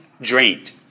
drained